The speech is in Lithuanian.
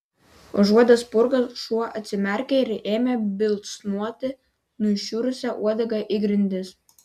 užuodęs spurgas šuo atsimerkė ir ėmė bilsnoti nušiurusia uodega į grindis